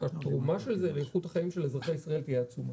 והתרומה של זה לאיכות החיים של אזרחי ישראל תהיה עצומה.